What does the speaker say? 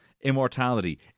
immortality